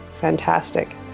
fantastic